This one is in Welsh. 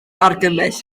argymell